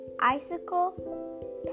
icicle